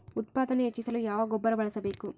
ಉತ್ಪಾದನೆ ಹೆಚ್ಚಿಸಲು ಯಾವ ಗೊಬ್ಬರ ಬಳಸಬೇಕು?